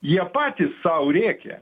jie patys sau rėkia